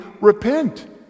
repent